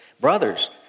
brothers